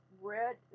Red